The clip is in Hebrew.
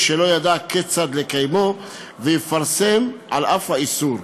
שלא ידע כיצד לקיימו ויפרסם על אף האיסור.